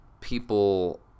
people